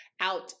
out